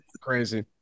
Crazy